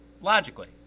logically